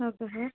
okay sir